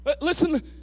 Listen